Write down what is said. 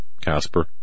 Casper